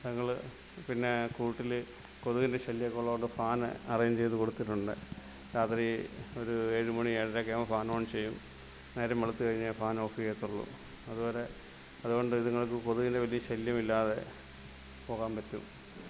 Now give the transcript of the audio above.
ഞങ്ങൾ പിന്നെ കൂട്ടിൽ കൊതുകിൻ്റെ ശല്യമൊക്കെ ഉള്ളതുകൊണ്ട് ഫാന് അറേഞ്ച് ചെയ്തു കൊടുത്തിട്ടുണ്ട് രാത്രി ഒരു ഏഴുമണി ഏഴരയോക്കെയാവുമ്പോൾ ഫാൻ ഓൺ ചെയ്യും നേരം വെളുത്തുകഴിഞ്ഞെ ഫാൻ ഓഫ് ചെയ്യത്തുള്ളൂ അതുവരെ അതുകൊണ്ട് ഇതുങ്ങൾക്ക് കൊതുകിൻ്റെ വലിയ ശല്യം ഇല്ലാതെ പോകാൻ പറ്റും